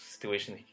situation